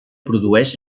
produeix